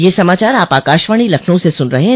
ब्रे क यह समाचार आप आकाशवाणी लखनऊ से सुन रहे हैं